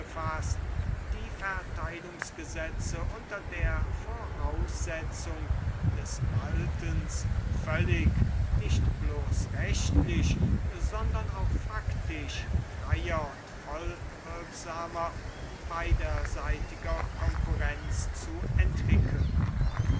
befaßt die verteilungsgesetze unter der voraussetzung des waltens völlig nicht bloß rechtlich sondern auch faktisch freier und vollwirksamer beiderseitiger konkurrenz zu entwickeln